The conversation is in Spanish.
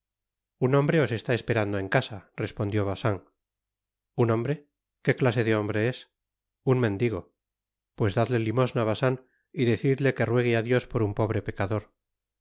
un hombre os está esperando en casa respondió bacin un hombre qué clase de hombre es un mendigo pues dadle limosna bacin y decidle que ruegue á dios por un pobre pecador